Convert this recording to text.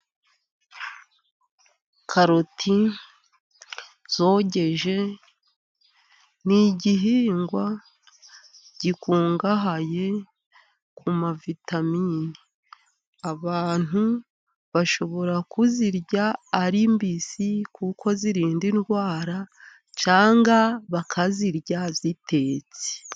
Karoti zogeje ni igihingwa gikungahaye ku mavitamini. Abantu bashobora kuzirya ari mbisi kuko zirinda indwara, cyangwa bakazirya zitetse.